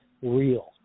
real